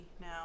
now